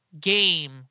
game